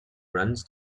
runs